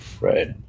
Right